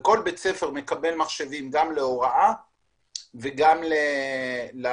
כל בית ספר מקבל מחשבים גם להוראה וגם לתלמידים.